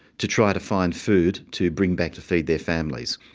to try to find food to bring back to feed their families.